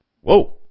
Whoa